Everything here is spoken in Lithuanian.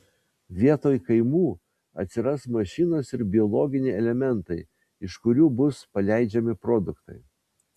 vietoj kaimų atsiras mašinos ir biologiniai elementai iš kurių bus paleidžiami produktai